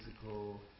physical